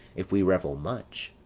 if we revel much.